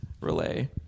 relay